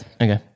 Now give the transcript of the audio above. okay